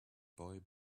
boy